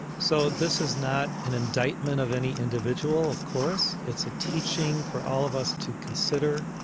so this is not an indictment of any individual, of course. it's a teaching for all of us to consider,